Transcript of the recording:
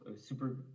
super